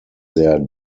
their